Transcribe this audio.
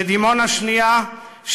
ודימונה שנייה,